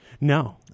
No